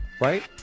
right